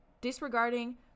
Disregarding